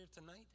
tonight